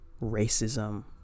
racism